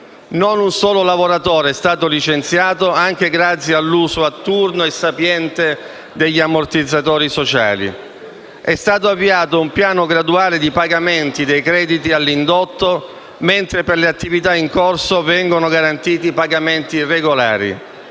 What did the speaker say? Non un solo lavoratore è stato licenziato anche grazie all'utilizzo sapiente e a turno degli ammortizzatori sociali. È stato avviato un piano graduale di pagamenti dei crediti all'indotto, mentre per le attività in corso vengono garantiti pagamenti regolari.